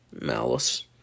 malice